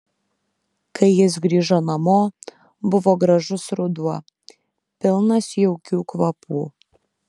kai jis grįžo namo buvo gražus ruduo pilnas jaukių kvapų